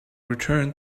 returned